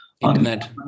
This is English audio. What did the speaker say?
internet